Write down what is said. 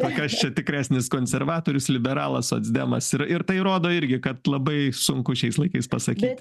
kas čia tikresnis konservatorius liberalas socdemas ir ir tai rodo irgi kad labai sunku šiais laikais pasakyti